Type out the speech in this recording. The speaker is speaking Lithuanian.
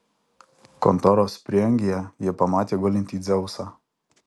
kontoros prieangyje ji pamatė gulintį dzeusą